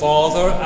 Father